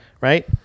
Right